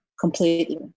Completely